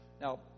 Now